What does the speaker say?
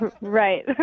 Right